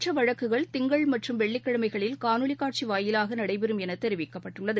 மற்றவழக்குகள் திங்கள் மற்றும் வெள்ளிக்கிழமைகளில் காணொலிகாட்சிவாயிலாகநடைபெறும் எனதெரிவிக்கப்பட்டுள்ளது